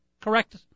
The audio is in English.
correct